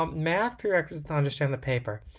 um math pre-reqs to understand that paper?